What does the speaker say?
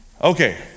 Okay